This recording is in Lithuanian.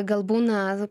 gal būna